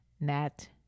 net